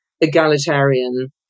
egalitarian